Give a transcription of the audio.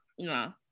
No